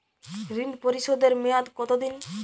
ঋণ পরিশোধের মেয়াদ কত দিন?